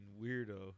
weirdo